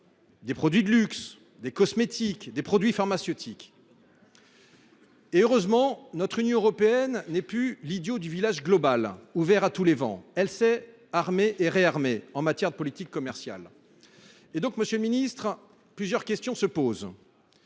des produits de luxe, des cosmétiques, des produits pharmaceutiques… Heureusement, l’Union européenne n’est plus l’idiot du village global, ouvert à tous les vents ; elle s’est armée et réarmée en matière commerciale. Monsieur le ministre, plusieurs questions se posent.